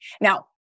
Now